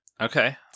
Okay